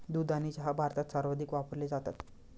दूध आणि चहा भारतात सर्वाधिक वापरले जातात